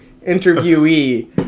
interviewee